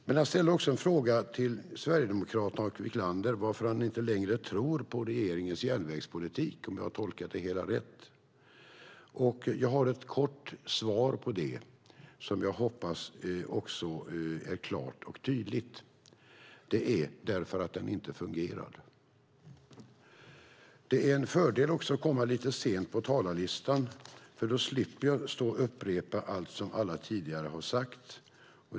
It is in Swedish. Men han ställde också en fråga till Sverigedemokraterna och Wiklander, varför man inte längre tror på regeringens järnvägspolitik, om jag har tolkat det hela rätt. Jag har ett kort svar på den frågan som jag hoppas också är klart och tydligt: Det är för att den inte fungerar. Det är en fördel att komma lite sent på talarlistan, för då slipper jag stå och upprepa allt som alla tidigare har sagt.